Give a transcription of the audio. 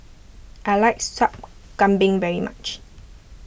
I like Sup Kambing very much